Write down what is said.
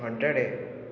ଘଣ୍ଟାଟିଏ